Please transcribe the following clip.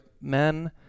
men